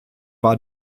war